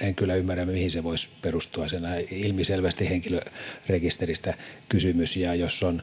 en kyllä ymmärrä mihin se voisi perustua siinähän on ilmiselvästi henkilörekisteristä kysymys ja jos on